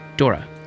Dora